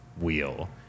wheel